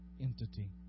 entity